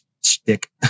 stick